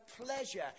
pleasure